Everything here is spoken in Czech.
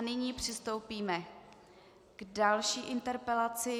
Nyní přistoupíme k další interpelaci.